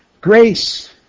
Grace